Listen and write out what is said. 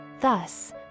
Thus